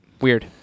Weird